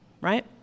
right